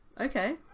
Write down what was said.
Okay